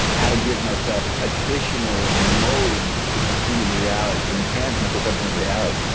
how to give myself additional modes to perceive reality, to enhance my perception of reality.